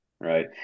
right